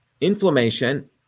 inflammation